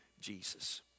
Jesus